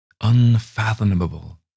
unfathomable